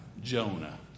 Jonah